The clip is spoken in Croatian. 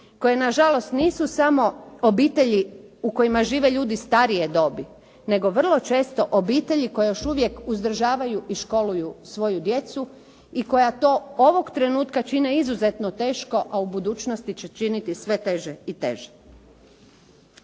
koje na žalost nisu samo obitelji u kojima žive ljudi starije dobi, nego vrlo često obitelji koje još uvijek uzdržavaju i školuju svoju djecu i koja to ovog trenutka čine izuzetno teško, a u budućnosti će činiti sve teže i teže.